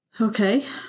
Okay